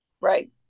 Right